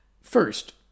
First